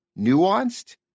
nuanced